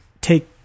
take